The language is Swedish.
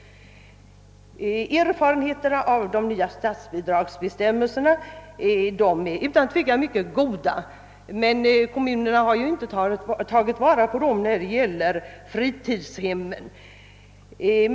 Erfarenheterna av de nya statsbidragsbestämmelserna är utan tvivel mycket goda, men kommunerna har inte tagit vara på dem när det gäller fritidshemmen.